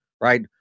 right